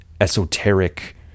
esoteric